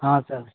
हाँ सर